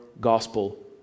gospel